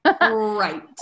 right